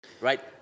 right